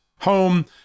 home